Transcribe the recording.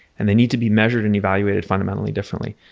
and they need to be measured and evaluated fundamentally differently.